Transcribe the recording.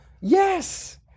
Yes